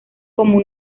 como